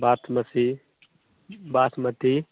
basmati basmati